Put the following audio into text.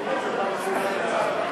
לוועדה שתקבע ועדת הכנסת נתקבלה.